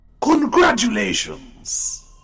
Congratulations